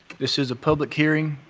this is a public hearing.